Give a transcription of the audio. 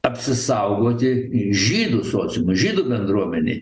apsisaugoti žydų sociumui žydų bendruomenei